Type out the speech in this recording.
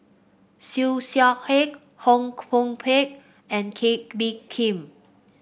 Siew Shaw Her Koh Hoon Teck and Kee Bee Khim